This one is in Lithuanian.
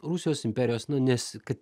rusijos imperijos nu nes kad